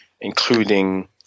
including